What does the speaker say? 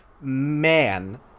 man